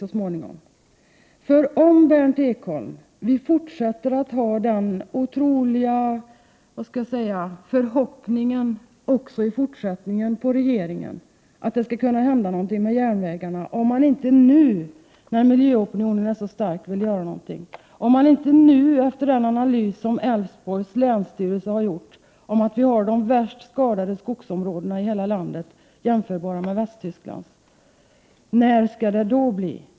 Man kan fråga sig om man också i fortsättningen kan knyta den otroliga förhoppningen till regeringen att någonting skall hända med järnvägarna. Prot. 1988/89:107 Om man nu inte när miljöopinionen är så stark vill göra någonting efter den analys som Älvsborgs länsstyrelse har gjort och som visar att vi har de värst skadade skogsområdena i hela landet, jämförbara med Västtysklands, när skall det då bli?